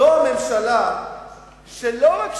לא רק שהיא